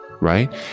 Right